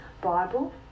Bible